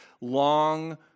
long